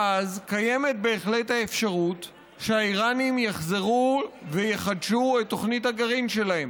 ואז קיימת בהחלט האפשרות שהאיראנים יחזרו ויחדשו את תוכנית הגרעין שלהם.